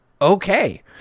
Okay